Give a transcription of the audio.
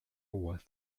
was